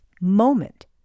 moment